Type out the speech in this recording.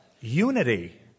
unity